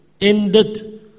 ended